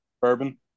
bourbon